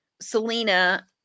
Selena